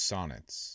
Sonnets